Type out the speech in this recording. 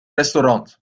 restaurant